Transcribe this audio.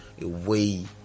away